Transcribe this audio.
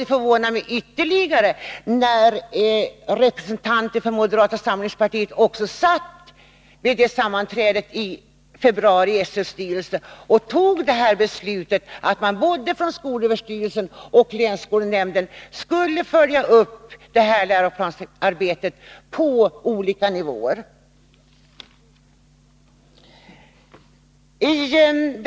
Det förvånar mig ytterligare, när representanter för moderata samlingspartiet deltog i det sammanträde i februari när SÖ:s styrelse fattade beslutet att skolöverstyrelsen och länsskolnämnderna skulle följa läroplansarbetet på olika nivåer.